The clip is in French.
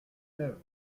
neuve